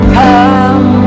come